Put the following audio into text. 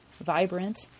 vibrant